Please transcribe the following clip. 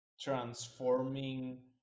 transforming